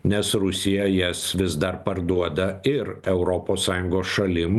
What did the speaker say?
nes rusija jas vis dar parduoda ir europos sąjungos šalim